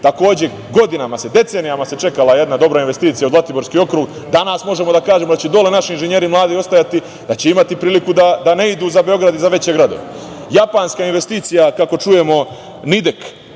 Takođe, godinama se, decenijama se čekala jedna dobra investicija u Zlatiborski okrug. Danas možemo da kažemo da će dole naši mladi inženjeri ostajati, da će imati priliku da ne idu za Beograd i za veće gradove. Japanska investicija, kako čujemo „Nidek“